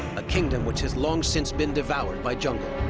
a kingdom which has long since been devoured by jungle.